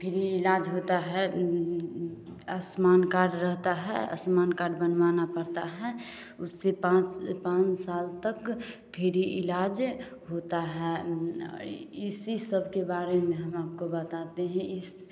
free इलाज होता है आयुष्मान कार्ड रहता है आयुष्मान कार्ड बनवाना पर बनवाना पड़ता है उससे पाँच पाँच साल तक फ्री इलाज होता है इसी सब के बारे में हम आपको बताते हैं